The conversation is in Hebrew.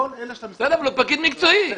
פקיד מקצועי.